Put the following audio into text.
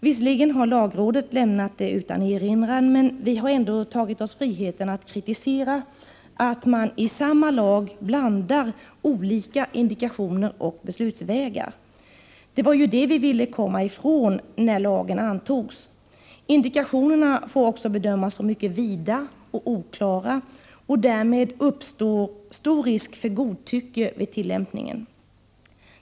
Visserligen har lagrådet lämnat dessa utan erinran, men vi har ändå tagit oss friheten att kritisera att man i samma lag blandar olika indikationer och beslutsvägar. Det var ju det vi ville komma ifrån när lagen antogs. Indikationerna får också bedömas som mycket vida och oklara, och därmed uppstår stor risk för godtycke vid tillämpningen.